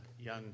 young